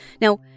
Now